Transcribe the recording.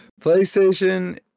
PlayStation